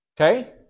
Okay